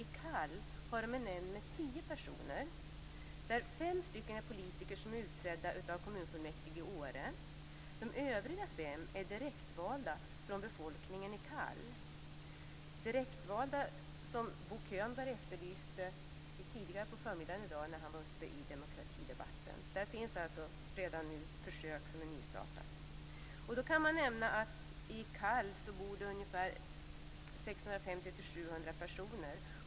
I Kall har man en nämnd med tio personer, varav fem är politiker utsedda av kommunfullmäktige i Åre. De övriga fem är direktvalda från befolkningen i De är alltså direktvalda, något som Bo Könberg efterlyste i demokratidebatten i förmiddags. Det finns alltså redan ett nystartat försök. I Kall bor det 650-700 personer.